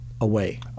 away